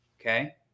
Okay